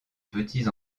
petits